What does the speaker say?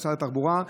משרד התחבורה,